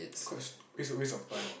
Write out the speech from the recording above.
quite it's a waste of time ah